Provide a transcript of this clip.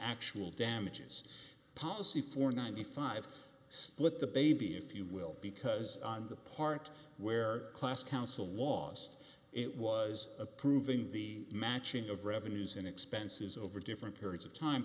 actual damages policy for ninety five stay with the baby if you will because the part where class council was pst it was approving the matching of revenues and expenses over different periods of time